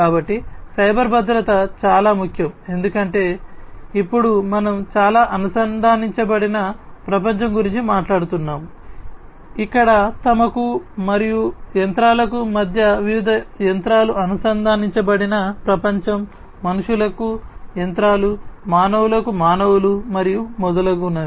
కాబట్టి సైబర్ భద్రత చాలా ముఖ్యం ఎందుకంటే ఇప్పుడు మనం చాలా అనుసంధానించబడిన ప్రపంచం గురించి మాట్లాడుతున్నాము ఇక్కడ తమకు మరియు యంత్రాలకు మధ్య వివిధ యంత్రాలు అనుసంధానించబడిన ప్రపంచం మనుషులకు యంత్రాలు మానవులకు మానవులు మరియు మొదలైనవి